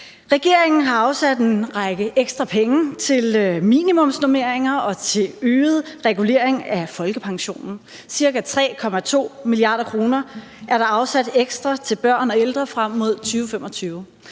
Regeringen har afsat en række ekstra penge til minimumsnormeringer og til øget regulering af folkepensionen – ca. 3,2 mia. kr. er der afsat ekstra til børn og ældre frem mod 2025.